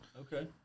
Okay